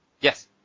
Yes